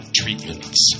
treatments